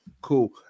Cool